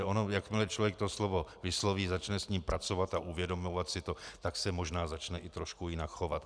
Ono jakmile člověk to slovo vysloví, začne s ním pracovat a uvědomovat si to, tak se možná začne i trošku jinak chovat.